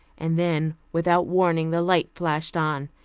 and then, without warning the light flashed on,